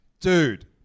Dude